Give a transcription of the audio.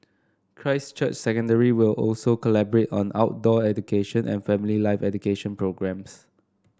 Christ Church Secondary will also collaborate on outdoor education and family life education programmes